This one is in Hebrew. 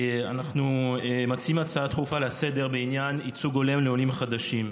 אנחנו מציעים הצעה דחופה לסדר-הים בעניין ייצוג הולם לעולים החדשים.